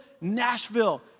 Nashville